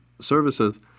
Services